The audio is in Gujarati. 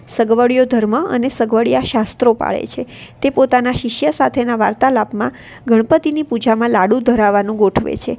સગવડિયો ધર્મ અને સગવડિયા શાસ્ત્રો પાળે છે તે પોતાના શિષ્ય સાથેના વાર્તાલાપમાં ગણપતિની પૂજામાં લાડુ ધરાવાનું ગોઠવે છે